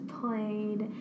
played